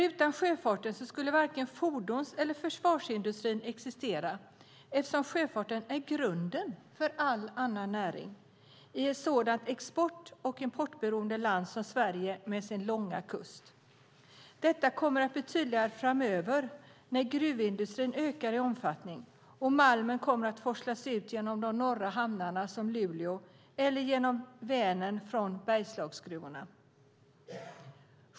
Utan sjöfarten skulle vare sig fordons eller försvarsindustrin existera eftersom sjöfarten är grunden för all annan näring i ett sådant export och importberoende land som Sverige med dess långa kust. Detta kommer att bli tydligare framöver när gruvindustrin ökar i omfattning och malmen forslas ut genom de norra hamnarna, exempelvis Luleå hamn, eller genom Vänern från bergslagsgruvorna.